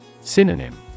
Synonym